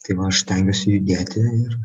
tai va aš stengiuosi judėti ir